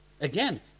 Again